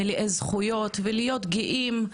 מלאי זכויות ולהיות גאים,